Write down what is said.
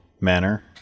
manner